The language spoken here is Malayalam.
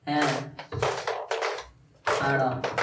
ഏ ആണോ